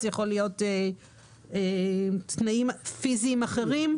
זה יכול להיות תנאים פיזיים אחרים.